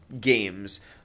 games